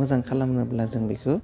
मोजां खालामनोब्ला जों बेखो